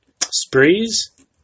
Spree's